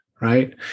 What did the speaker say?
right